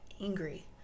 angry